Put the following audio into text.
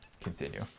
Continue